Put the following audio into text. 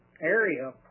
area